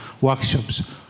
workshops